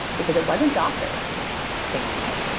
because it wasn't doctors changing it.